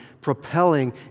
propelling